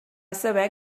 saber